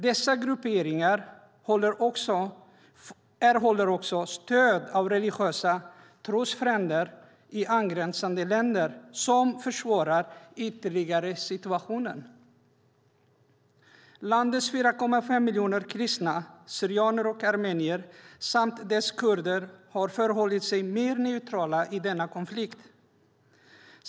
Dessa grupperingar erhåller också stöd av religiösa trosfränder i angränsande länder, vilket ytterligare försvårar situationen. Landets 4,5 miljoner kristna, syrianer och armenier samt dess kurder har förhållit sig mer neutrala i denna konflikt.